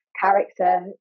character